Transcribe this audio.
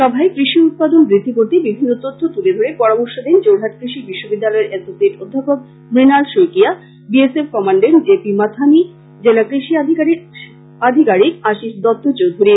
সভায় কৃষি উৎপাদন বৃদ্ধি করতে বিভিন্ন তথ্য তুলে ধরে পরামর্শ দেন যোরহাট কৃষি বিশ্ববিদ্যালয়ের এসোসিয়েট অধ্যাপক Mrinal Saikia B S F commandant J P Mathani জেলা কৃষি আধিকারিক আশীষ দত্ত চৌধুরী